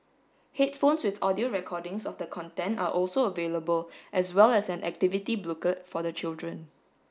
headphones with audio recordings of the content are also available as well as an activity booklet for the children